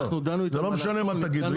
זה לא משנה מה תגידו,